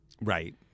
Right